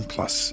Plus